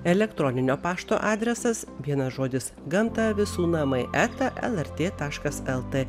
elektroninio pašto adresas vienas žodis gamta visų namai eta lrt taškas lt